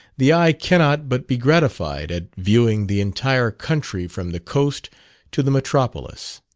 the eye cannot but be gratified at viewing the entire country from the coast to the metropolis.